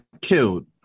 killed